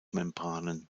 membranen